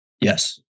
Yes